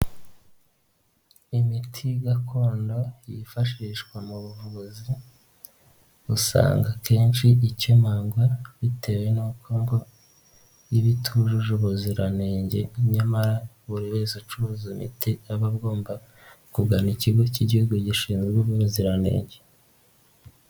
Imiti gakondo yifashishwa mu buvuzi usanga akenshi ikemangwa bitewe n'uko iba itujuje ubuziranenge nyamara buri wese ucuruza imiti aba agomba kugana ikigo cy'igihugu gishinzwe ubuziranenge.